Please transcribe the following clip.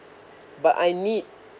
but I need